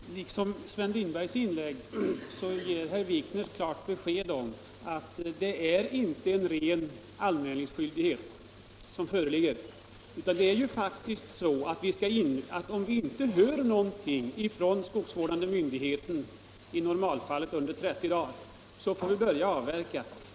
regeringen att Fru talman! Liksom Sven Lindberg gav herr Wikner i sitt anförande = medge intrång i klart besked om att det inte föreligger någon ren anmälningsskyldighet, Abisko nationalutan det är i stället så att om vi inte hör någonting från den skogsvårdande = park myndigheten på 30 dagar — i normalfallet — så får vi börja avverka.